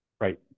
Right